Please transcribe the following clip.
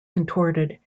contorted